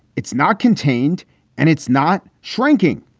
it's not contained and it's not shrinking.